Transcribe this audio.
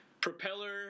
propeller